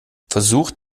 versucht